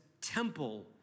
temple